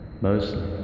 mostly